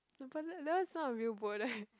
but then that one is not a real boat right